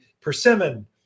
persimmon